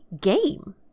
game